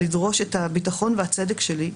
לדרוש את הביטחון והצדק שלי,